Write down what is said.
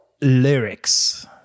lyrics